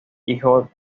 hijo